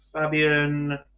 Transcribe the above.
Fabian